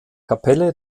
kapelle